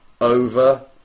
Over